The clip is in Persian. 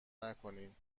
نکنین